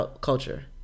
culture